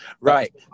Right